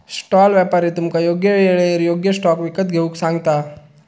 stall व्यापारी तुमका योग्य येळेर योग्य स्टॉक विकत घेऊक सांगता